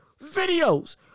videos